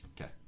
Okay